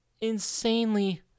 insanely